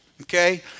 Okay